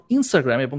Instagram